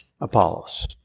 Apollos